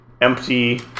empty